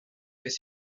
més